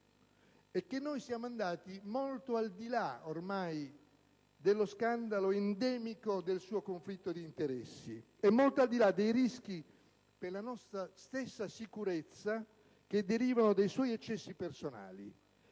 e che siamo andati ormai molto al di là dello scandalo endemico del suo conflitto di interessi e molto al di là dei rischi per la nostra stessa sicurezza derivanti dai suoi eccessi personali.